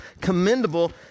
commendable